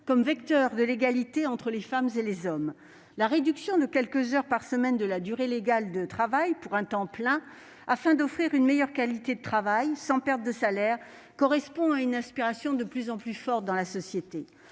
un vecteur de l'égalité entre les femmes et les hommes. La réduction de quelques heures par semaine de la durée légale de travail pour un temps plein afin d'offrir une meilleure qualité de travail, sans perte de salaire, correspond à une aspiration de plus en plus forte dans notre société.